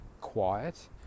quiet